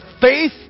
faith